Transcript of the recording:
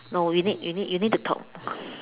no you need you need you need to talk